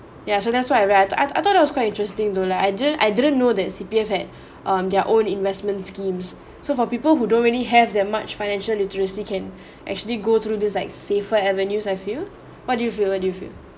ya so that's what I read I I thought it was quite interesting thought like I didn't I didn't know that C_P_F had um their own investment schemes so for people who don't really have that much financial literacy can actually go through this like safer avenues I feel what do you feel what do you feel